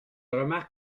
remarque